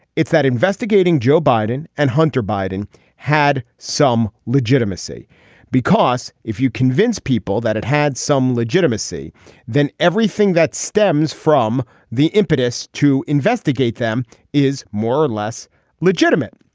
it's that investigating joe biden and hunter biden had some legitimacy because if you convince people that it had some legitimacy then everything that stems from the impetus to investigate them is more or less legitimate.